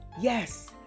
Yes